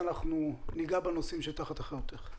אני